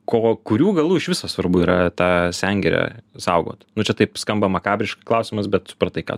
ko kurių galų iš viso svarbu yra tą sengirę saugot nu čia taip skamba makabriškai klausimas bet supratai ką